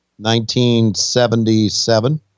1977